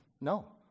No